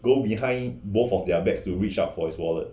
go behind both of their bags to reach out for his wallet